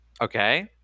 Okay